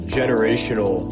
generational